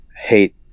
hate